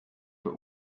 but